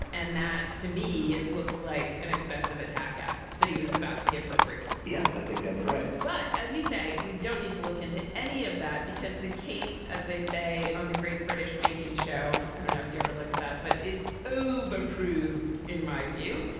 and that to me, it looks like an expensive attack ad that he was about to give for free. yeah, i think that's right. but as you say, we don't need to look into any of that, because the case, as they say on the great british baking show, i don't know if you ever look at that, but is you've approved, in my view,